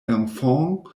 enfants